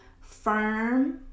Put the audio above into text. firm